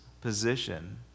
position